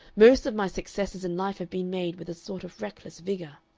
most of my successes in life have been made with a sort of reckless vigor.